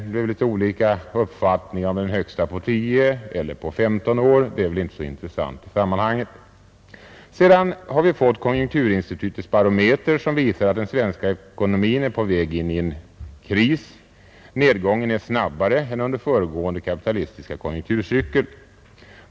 Det råder litet olika uppfattningar om huruvida det är den högsta på tio eller på femton år; det är väl inte så intressant i sammanhanget. Sedan har vi fått konjunkturinstitutets barometer, som visar att den svenska ekonomin är på väg in i en kris. Nedgången är snabbare än under föregående kapitalistiska konjunkturcykel.